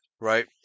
Right